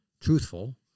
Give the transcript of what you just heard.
truthful